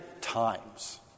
times